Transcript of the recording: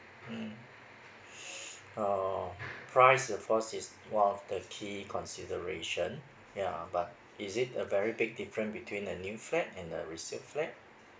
mm sh~ uh price of course is one of the key consideration ya but is it a very big different between a new fat and a resale flat